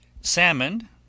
Salmon